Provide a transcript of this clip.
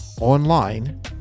online